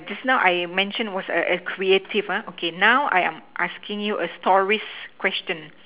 just now I mention was a a creative ah okay now I am asking you a stories question